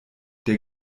der